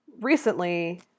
Recently